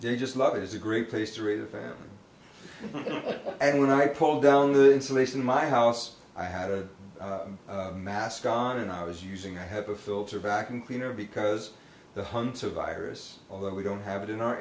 they just love it is a great place to raise a family and when i pulled down the insulation in my house i had a mask on and i was using a hepa filter vacuum cleaner because the hunter virus although we don't have it in our